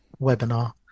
webinar